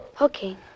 Okay